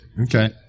Okay